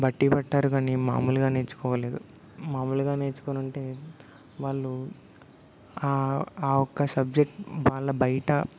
బట్టీ బట్టారు కానీ మామూలుగా నేర్చుకోలేదు మామూలుగా నేర్చుకోనుంటే వాళ్ళు ఆ ఆ ఒక్క సబ్జెక్ట్ వాళ్ళ బయట